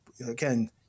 Again